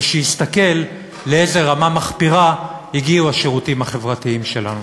ושיסתכל לאיזו רמה מחפירה הגיעו השירותים החברתיים שלנו.